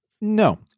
No